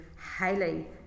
highly